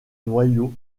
noyaux